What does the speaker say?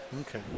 Okay